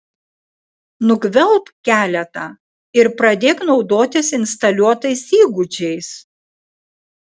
nugvelbk keletą ir pradėk naudotis instaliuotais įgūdžiais